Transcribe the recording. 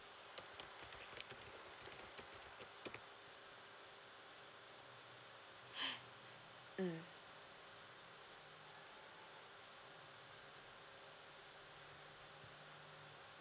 mm